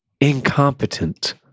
incompetent